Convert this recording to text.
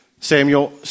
Samuel